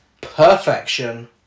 perfection